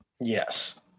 Yes